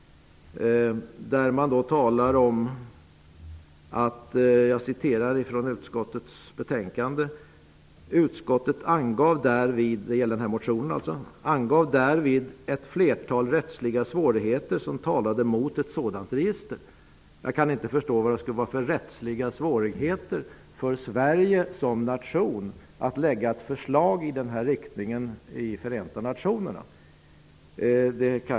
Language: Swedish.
Av betänkandet framgår följande: ''Utskottet angav därvid ett flertal rättsliga svårigheter som talade mot ett sådant register.'' Jag kan inte förstå vad det är för rättsliga svårigheter för Sverige som nation att lägga fram ett förslag i denna riktning i Förenta nationerna.